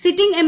sitting M